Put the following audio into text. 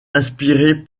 inspirée